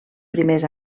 primers